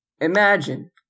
Imagine